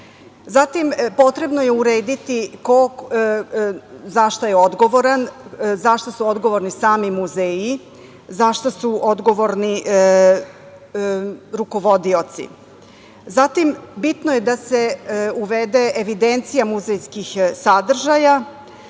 Zatim, potrebno je urediti ko je za šta odgovoran, za šta su odgovorni sami muzeji, za šta su odgovorni rukovodioci. Bitno je da se uvede evidencija muzejskih sadržaja,